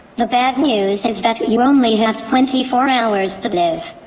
the bad news is that you only have twenty four hours to live.